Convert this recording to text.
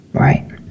Right